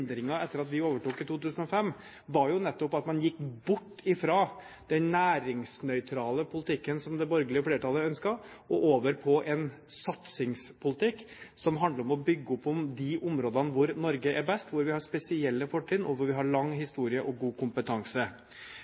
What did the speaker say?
endringen etter at vi overtok i 2005, var jo nettopp at man gikk bort fra den næringsnøytrale politikken som det borgerlige flertallet ønsket, og over på en satsingspolitikk som handler om å bygge opp om de områdene hvor Norge er best, hvor vi har spesielle fortrinn, og hvor vi har lang historie og god kompetanse.